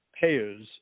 payers